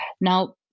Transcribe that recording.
Now